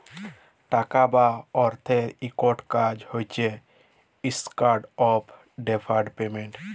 টাকা বা অথ্থের ইকট কাজ হছে ইস্ট্যান্ডার্ড অফ ডেফার্ড পেমেল্ট